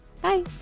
Bye